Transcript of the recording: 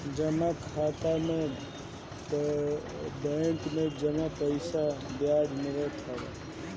जमा खाता में बैंक में जमा पईसा पअ बियाज मिलत बाटे